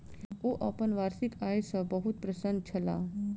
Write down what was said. ओ अपन वार्षिक आय सॅ बहुत प्रसन्न छलाह